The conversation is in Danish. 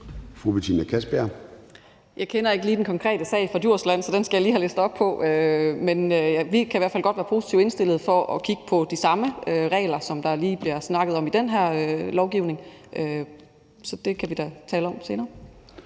Jeg kender ikke lige den konkrete sag fra Djursland, så den skal jeg lige have læst op på. Men vi kan i hvert fald godt være positivt indstillet over for at kigge på de samme regler, der bliver snakket om i den her lovgivning. Så det kan vi da tale om senere.